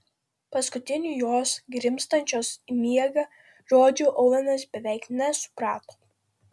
paskutinių jos grimztančios į miegą žodžių ovenas beveik nesuprato